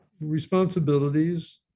responsibilities